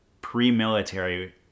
pre-military